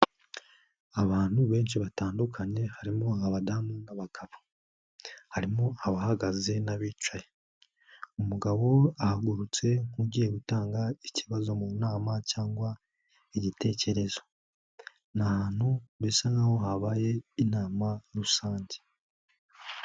Abantu benshi batandukanye harimo abadamu n'abagabo, harimo abahagaze n'abicaye, umugabo ahagurutse nk'ugiye gutanga ikibazo mu nama cyangwa igitekerezo, ni hantu bisa nk'aho habaye inama rusange.